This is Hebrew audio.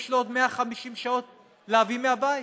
יש לו עוד 150 שעות להביא מהבית.